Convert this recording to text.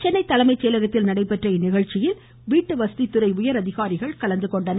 சென்னை தலைமை செயலகத்தில் நடைபெற்ற இந்நிகழ்ச்சியில் வீட்டுவசதி துறை உயர் அதிகாரிகள் கலந்து கொண்டனர்